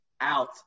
out